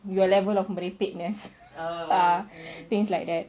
your level of merepekness ah things like that